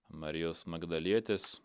marijos magdalietės